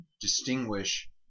distinguish